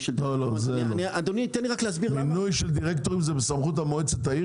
של- -- מינוי של דירקטורים זה בסמכות מועצת העיר